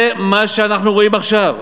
זה מה שאנחנו רואים עכשיו: